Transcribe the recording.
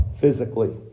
physically